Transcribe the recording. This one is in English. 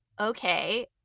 okay